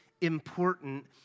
important